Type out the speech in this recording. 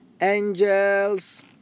Angels